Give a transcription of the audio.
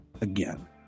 again